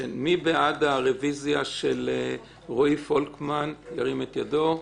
מי בעד הרביזיה של רועי פולקמן, ירים את ידו?